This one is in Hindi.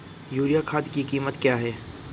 यूरिया खाद की कीमत क्या है?